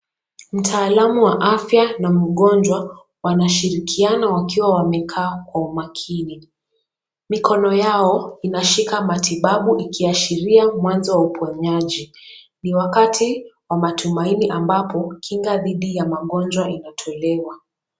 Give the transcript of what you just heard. Mtaalamu wa afya na mgonjwa wanashirikiana wakiwa wamekaa kwa umakini. Mikono yao inashika matibabu ikiashiria mwanzo wa uponyaji. Ni wakati wa matumaini ambapo kinga dhidi ya magonjwa inatolewa.